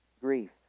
grief